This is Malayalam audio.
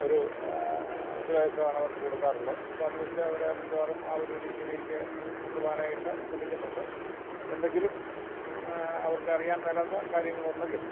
ഒരു ഉപദേശമാണ് അവർക്ക് കൊടുക്കാറുള്ളത് അപ്പോൾ അതുവെച്ച് അവരെ മിക്കവാറും ആ ഒരു രീതിയിലേക്ക് കൊണ്ട് പോകാനായിട്ട് ശ്രമിക്കുന്നുണ്ട് എന്തെങ്കിലും അവർക്കറിയാൻ മേലാത്ത കാര്യങ്ങളുണ്ടെങ്കിൽ